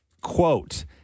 quote